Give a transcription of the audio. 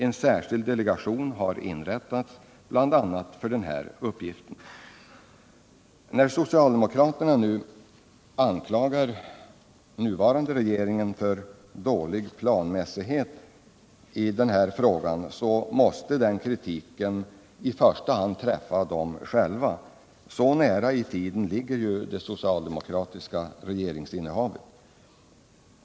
En särskild delegation har inrättats bl.a. för denna uppgift. När socialdemokraterna anklagar den nuvarande regeringen för dålig planmässighet i den här frågan, så måste den kritiken i första hand träffa dem själva. Så nära i tiden ligger ju det socialdemokratiska regeringsinnehavet.